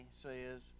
says